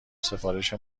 سفارش